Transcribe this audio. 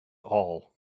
all